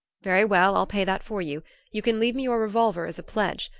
very well i'll pay that for you you can leave me your revolver as a pledge.